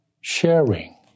sharing